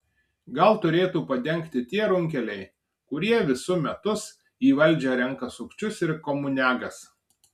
gal turėtų padengti tie runkeliai kurie visu metus į valdžią renka sukčius ir komuniagas